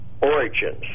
origins